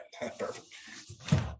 Perfect